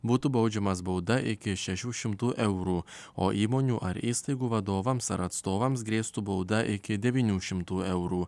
būtų baudžiamas bauda iki šešių šimtų eurų o įmonių ar įstaigų vadovams ar atstovams grėstų bauda iki devynių šimtų eurų